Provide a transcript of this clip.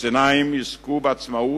הפלסטינים יזכו בעצמאות,